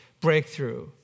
breakthrough